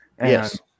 yes